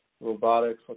robotics